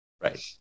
Right